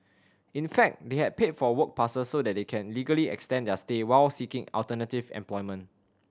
in fact they had paid for work passes so they could legally extend their stay while seeking alternative employment